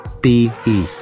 B-E